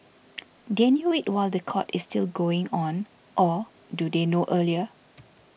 they knew it while the court is still going on or do they know earlier